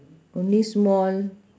only small